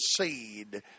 seed